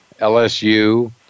LSU